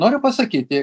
noriu pasakyti